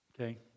okay